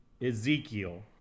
Ezekiel